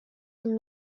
from